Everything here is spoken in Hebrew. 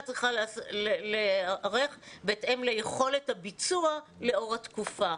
צריכה להיערך בהתאם ליכולת הביצוע לאור התקופה.